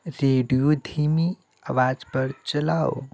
radio धीमी आवाज़ पर चलाओ